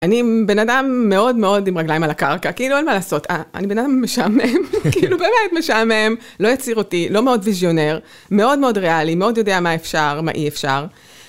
אני בן אדם מאוד מאוד עם רגליים על הקרקע, כאילו, אין מה לעשות. אני בן אדם משעמם, כאילו, באמת משעמם, לא יצירתי, לא מאוד ויזיונר, מאוד מאוד ריאלי, מאוד יודע מה אפשר, מה אי אפשר.